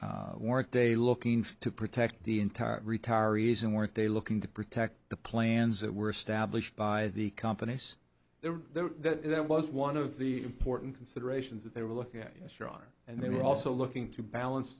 work day looking for to protect the entire retirees and weren't they looking to protect the plans that were established by the companies there that was one of the important considerations that they were looking at yes your honor and they were also looking to balance